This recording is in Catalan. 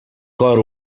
cor